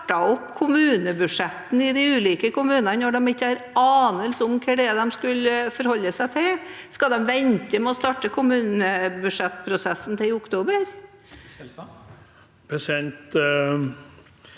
med kommunebudsjettene når de ikke har en anelse om hva de skal forholde seg til? Skal de vente med å starte kommunebudsjettprosessen til oktober?